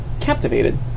Captivated